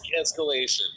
escalation